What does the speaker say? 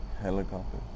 Helicopter